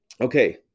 Okay